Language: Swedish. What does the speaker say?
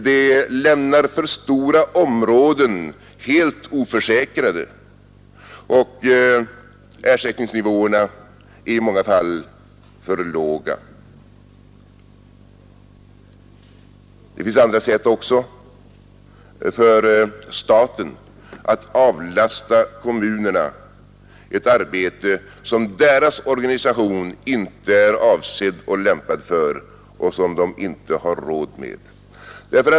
Det lämnar för stora områden helt oförsäkrade, och ersättningsnivåerna är i många fall för låga. Det finns andra sätt också för staten att avlasta kommunerna ett arbete som deras organisation inte är avsedd och lämpad för och som de inte har råd med.